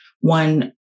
one